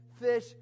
fish